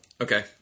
Okay